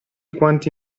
quanti